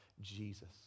Jesus